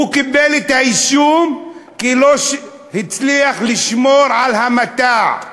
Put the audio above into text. הוא קיבל את האישום שהוא לא הצליח לשמור על המטע.